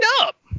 up